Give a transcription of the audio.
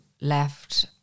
left